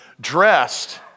dressed